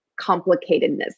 complicatedness